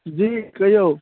जी कहिऔ